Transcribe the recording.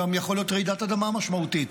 יכולה להיות גם רעידת אדמה משמעותית.